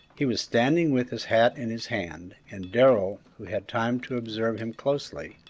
he was standing with his hat in his hand, and darrell, who had time to observe him closely,